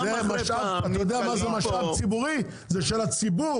זה של הציבור.